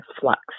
flux